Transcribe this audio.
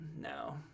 no